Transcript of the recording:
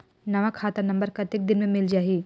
नवा खाता नंबर कतेक दिन मे मिल जाही?